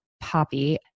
Poppy